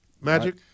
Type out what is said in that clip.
Magic